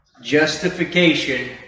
justification